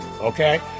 okay